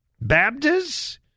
Baptists